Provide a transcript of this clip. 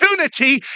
opportunity